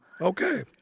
okay